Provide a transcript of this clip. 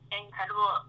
incredible